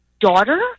daughter